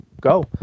go